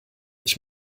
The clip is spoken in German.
ich